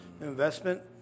investment